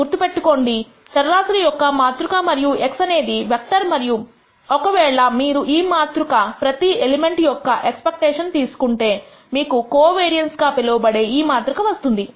గుర్తుపెట్టుకోండి చర రాశుల యొక్క మాతృక మరియు x అనేది వెక్టర్ మరియు ఒకవేళ మీరు ఈ మాతృక ప్రతి ఎలిమెంట్ యొక్క ఎక్స్పెక్టేషన్ తీసుకుంటేమీకు కోవేరియన్స్ గా పిలువబడే ఈ మాతృక వస్తుంది